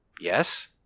Yes